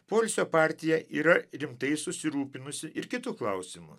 poilsio partija yra rimtai susirūpinusi ir kitu klausimu